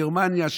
היא פרצה בגרמניה,